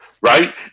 right